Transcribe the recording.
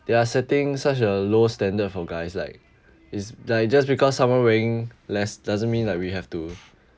they are setting such a low standard for guys like it's like just because someone wearing less doesn't mean like we have to